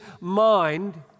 mind